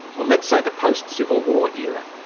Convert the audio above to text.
well, let's say the post-civil war era?